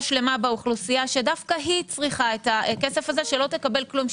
שלמה באוכלוסייה שדווקא היא צריכה את הכסף הזה שלא תקבל כלום,